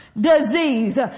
disease